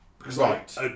Right